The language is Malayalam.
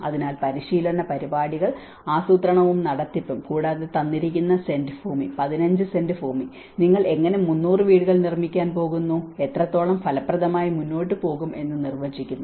അതിനാൽ പരിശീലന പരിപാടികൾ ആസൂത്രണവും നടത്തിപ്പും കൂടാതെ തന്നിരിക്കുന്ന സെന്റ് ഭൂമി 15 സെന്റ് ഭൂമി നിങ്ങൾ എങ്ങനെ 300 വീടുകൾ നിർമ്മിക്കാൻ പോകുന്നു എത്രത്തോളം ഫലപ്രദമായി മുന്നോട്ട് പോകും എന്ന് നിർവ്വചിക്കുന്നു